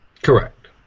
Correct